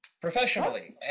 professionally